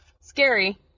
Scary